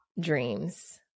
dreams